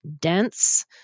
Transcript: dense